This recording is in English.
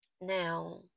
now